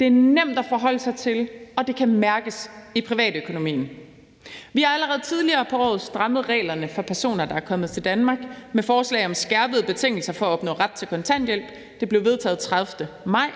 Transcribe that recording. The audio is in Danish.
Det er nemt at forholde sig til, og det kan mærkes i privatøkonomien. Vi har allerede tidligere på året strammet reglerne for personer, der er kommet til Danmark, med forslag om skærpede betingelser for at opnå ret til kontanthjælp. Det blev vedtaget den 30. maj.